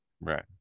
right